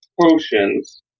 potions